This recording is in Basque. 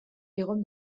egon